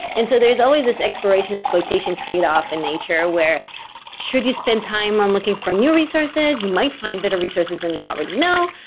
and so there's always this exploration-exploitation trade-off in nature where should you spend time on looking for new resources? you might find better resources than you already know.